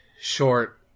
short